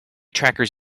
trackers